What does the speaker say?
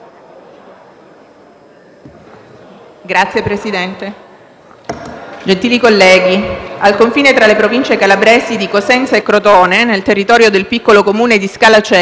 Signor Presidente, gentili colleghi, al confine tra le province calabresi di Cosenza e Crotone, nel territorio del piccolo Comune di Scala Coeli,